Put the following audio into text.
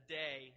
day